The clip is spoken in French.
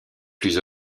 plus